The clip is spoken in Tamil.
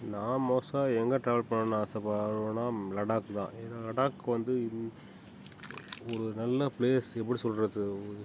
நான் மோஸ்ட்டாக எங்கே டிராவல் பண்ணணும்ன்னு ஆசைப்படுவேன்னா லடாக்தான் ஏன்னால் லடாக் வந்து ஒரு நல்ல பிளேஸ் எப்படி சொல்வது